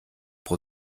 pro